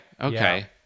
okay